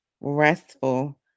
restful